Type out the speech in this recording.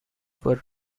were